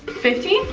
fifteen?